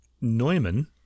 Neumann